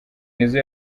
nizzo